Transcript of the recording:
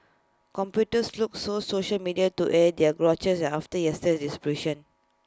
commuters look so social media to air their grouses after yesterday's disruption